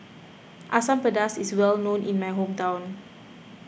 Asam Pedas is well known in my hometown